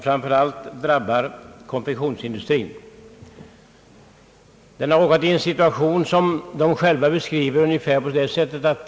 Framför allt har konfektionsindustrin drabbats. Den har råkat i en situation som beskrivs ungefär på följande sätt.